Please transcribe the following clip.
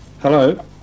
Hello